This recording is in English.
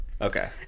Okay